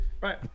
Right